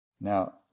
now